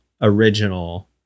original